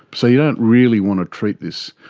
so you don't really want to treat this,